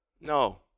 No